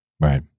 right